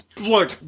Look